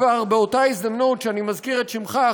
כבר באותה הזדמנות שאני מזכיר את שמך,